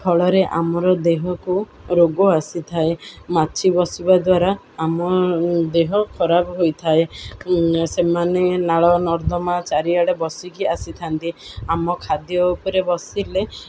ଫଳରେ ଆମର ଦେହକୁ ରୋଗ ଆସିଥାଏ ମାଛି ବସିବା ଦ୍ୱାରା ଆମ ଦେହ ଖରାପ ହୋଇଥାଏ ସେମାନେ ନାଳ ନର୍ଦ୍ଦମା ଚାରିଆଡ଼େ ବସିକି ଆସିଥାନ୍ତି ଆମ ଖାଦ୍ୟ ଉପରେ ବସିଲେ